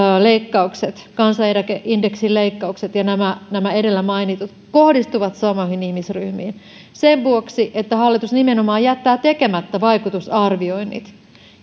leikkaukset kansaneläkeindeksin leikkaukset ja nämä nämä edellä mainitut kohdistuvat samoihin ihmisryhmiin sen vuoksi että hallitus nimenomaan jättää tekemättä vaikutusarvioinnit